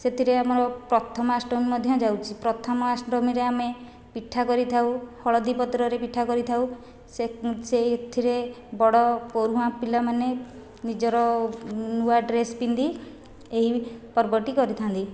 ସେଥିରେ ଆମର ପ୍ରଥମାଷ୍ଟମୀ ମଧ୍ୟ ଯାଉଛି ପ୍ରଥମାଷ୍ଟମୀରେ ଆମେ ପିଠା କରିଥାଉ ହଳଦୀ ପତ୍ରରେ ପିଠା କରିଥାଉ ସେଥିରେ ବଡ଼ ପରୁହାଁ ପିଲାମାନେ ନିଜର ନୂଆ ଡ୍ରେସ୍ ପିନ୍ଧି ଏହି ପର୍ବଟି କରିଥାନ୍ତି